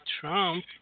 Trump